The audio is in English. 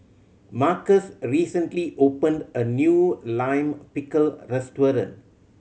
Marcus recently opened a new Lime Pickle restaurant